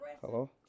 Hello